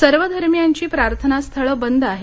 सर्व धर्मीयांची प्रार्थनास्थळं बंद आहेत